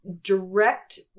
direct